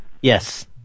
Yes